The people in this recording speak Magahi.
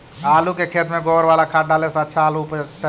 आलु के खेत में गोबर बाला खाद डाले से अच्छा आलु उपजतै?